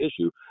issue